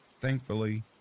Thankfully